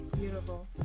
Beautiful